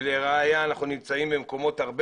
ולראיה אנחנו נמצאים במקומות הרבה